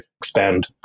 expand